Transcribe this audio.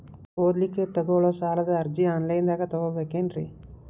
ಓದಲಿಕ್ಕೆ ತಗೊಳ್ಳೋ ಸಾಲದ ಅರ್ಜಿ ಆನ್ಲೈನ್ದಾಗ ತಗೊಬೇಕೇನ್ರಿ?